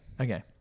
Okay